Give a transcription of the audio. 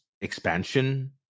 expansion